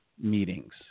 meetings